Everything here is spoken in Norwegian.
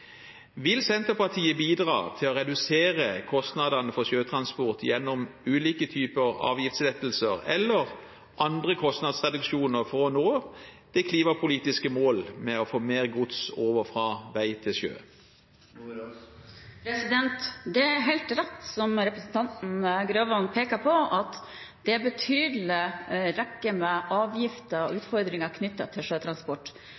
Vil Senterpartiet bidra til å redusere kostnadene for sjøtransport gjennom ulike typer avgiftslettelser eller andre kostnadsreduksjoner for å nå de klimapolitiske mål om å få mer gods over fra vei til sjø? Det er, som representanten Grøvan peker på, helt rett at det er en betydelig rekke avgifter og utfordringer knyttet til sjøtransport.